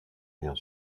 bien